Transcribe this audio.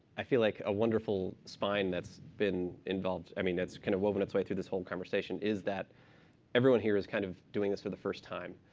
i feel like a wonderful spine that's been involved i mean, that's kind of woven its way through this whole conversation is that everyone here is kind of doing this for the first time.